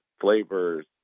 flavors